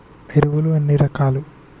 ఎరువులు ఎన్ని రకాలు?